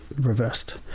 reversed